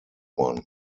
one